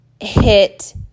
hit